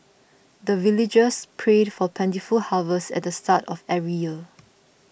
the villagers pray for plentiful harvest at the start of every year